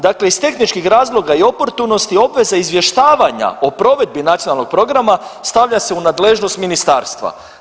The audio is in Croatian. Dakle iz tehničkih razloga i oportunosti obveza izvještavanja o provedbi nacionalnog programa stavlja se u nadležnost ministarstva.